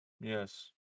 Yes